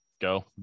go